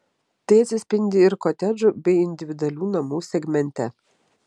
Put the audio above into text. tai atsispindi ir kotedžų bei individualių namų segmente